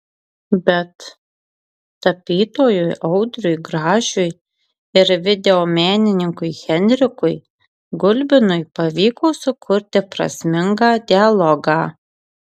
bet tapytojui audriui gražiui ir videomenininkui henrikui gulbinui pavyko sukurti prasmingą dialogą